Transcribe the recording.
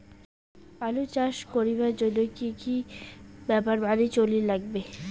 আলু চাষ করিবার জইন্যে কি কি ব্যাপার মানি চলির লাগবে?